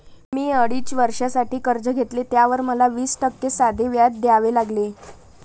मी अडीच वर्षांसाठी कर्ज घेतले, त्यावर मला वीस टक्के साधे व्याज द्यावे लागले